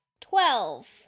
Twelve